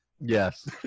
Yes